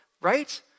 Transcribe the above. right